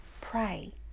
pray